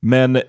Men